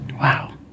Wow